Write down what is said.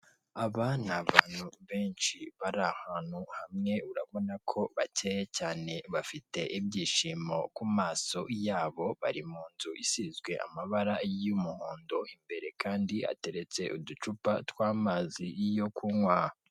Inzu mberabyombi ubona ko irimo abantu benshi higanjemo abantu bakuze ndetse n'urubyiruko, ariko hakaba harimo n'abayobozi, ukaba ureba ko bose bateze amatwi umuntu uri kubaha ikiganiro kandi, buri wese imbere ye hakaba hari icupa ry'amazi. Hakaba harimo n'umuntu uhagaze inyuma wambaye impuzankano y'umukara.